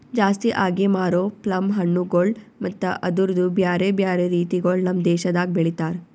ಜಾಸ್ತಿ ಆಗಿ ಮಾರೋ ಪ್ಲಮ್ ಹಣ್ಣುಗೊಳ್ ಮತ್ತ ಅದುರ್ದು ಬ್ಯಾರೆ ಬ್ಯಾರೆ ರೀತಿಗೊಳ್ ನಮ್ ದೇಶದಾಗ್ ಬೆಳಿತಾರ್